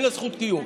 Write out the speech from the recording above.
אין לה זכות קיום.